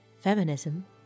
feminism